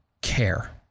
care